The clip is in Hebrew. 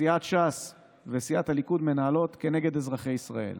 שסיעת ש"ס וסיעת הליכוד מנהלות כנגד אזרחי ישראל.